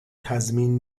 تضمین